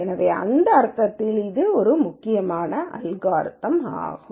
எனவே அந்த அர்த்தத்தில் இது ஒரு முக்கியமான அல்காரிதம்யாகும்